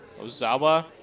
Ozawa